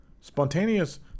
Spontaneous